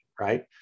right